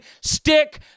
Stick